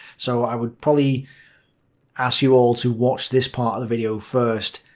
so i would probably ask you all to watch this part of the video first.